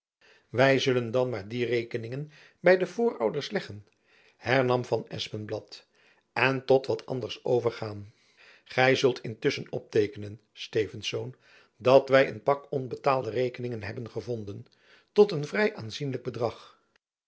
wy zullen dan maar die rekeningen by de voorouders leggen hernam van espenblad en tot wat anders overgaan gy zult intusschen opteekenen stevensz dat wy een pak onbetaalde rekeningen hebben gevonden tot een vrij aanzienlijk bedrag